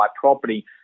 property